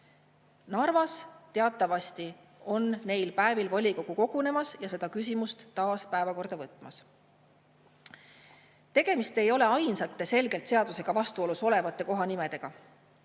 Narvas teatavasti on neil päevil volikogu kogunemas ja see küsimus võetakse taas päevakorda. Aga tegemist ei ole ainsate selgelt seadusega vastuolus olevate kohanimedega.